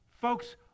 Folks